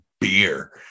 beer